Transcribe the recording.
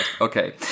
okay